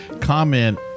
comment